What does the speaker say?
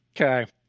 Okay